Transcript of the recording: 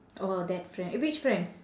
oh that frie~ eh which friends